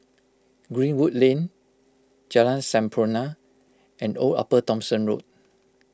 Greenwood Lane Jalan Sampurna and Old Upper Thomson Road